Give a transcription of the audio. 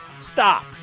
Stop